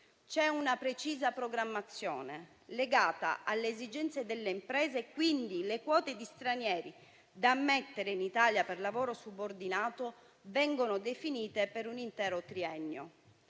C'è una precisa programmazione legata alle esigenze delle imprese, quindi le quote di stranieri da ammettere in Italia per lavoro subordinato vengono definite per un intero triennio.